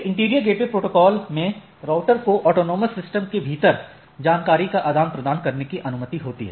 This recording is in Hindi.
इंटीरियर गेटवे प्रोटोकॉल में राउटर को एक ऑटॉनमस सिस्टम के भीतर जानकारी का आदान प्रदान करने की अनुमति होती है